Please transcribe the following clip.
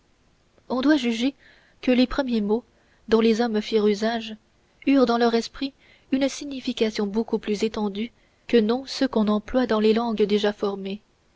on doit juger que les premiers mots dont les hommes firent usage eurent dans leur esprit une signification beaucoup plus étendue que n'ont ceux qu'on emploie dans les langues déjà formées